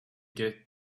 get